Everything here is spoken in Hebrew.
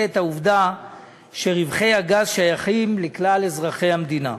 את העובדה שרווחי הגז שייכים לכלל אזרחי המדינה.